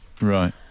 Right